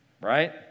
right